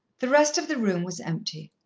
the rest of the room was empty.